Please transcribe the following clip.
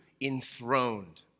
enthroned